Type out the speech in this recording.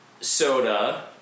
soda